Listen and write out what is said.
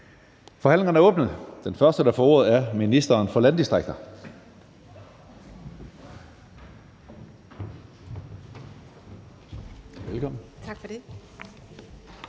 Forhandlingen er åbnet, og den første, der får ordet, er ministeren for landdistrikter.